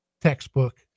textbook